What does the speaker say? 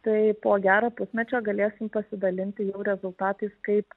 tai po gero pusmečio galėsim pasidalinti jau rezultatais kaip